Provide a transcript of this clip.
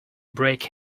break